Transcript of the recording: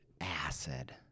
acid